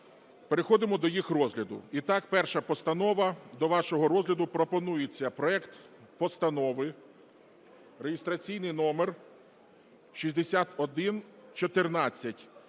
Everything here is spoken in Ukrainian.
Переходимо до їх розгляду. Перша постанова. До вашого розгляду пропонується проект Постанови (реєстраційний номер 6114),